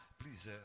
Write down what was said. please